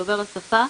דובר השפה?